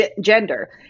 gender